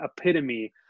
epitome